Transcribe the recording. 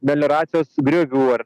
melioracijos griovių ar